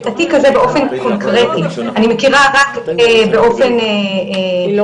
את התיק הזה באופן קונקרטי אני מכירה רק באופן רחוק,